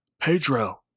Pedro